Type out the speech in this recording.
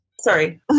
Sorry